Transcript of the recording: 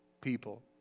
people